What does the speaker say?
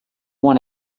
won